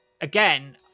again